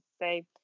say